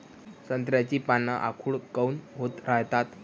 संत्र्याची पान आखूड काऊन होत रायतात?